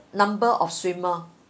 number of swimmer